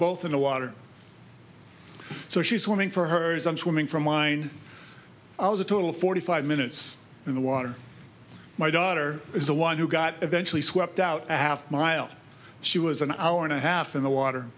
both in the water so she's swimming for hers i'm swimming from mine i was a total of forty five minutes in the water my daughter is the one who got eventually swept out a half mile she was an hour and a half in the water